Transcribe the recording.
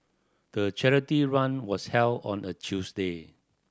the charity run was held on a Tuesday